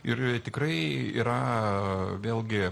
ir tikrai yra vėlgi